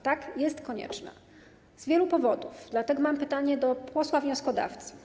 Tak, jest konieczne z wielu powodów, dlatego mam pytanie do posła wnioskodawcy: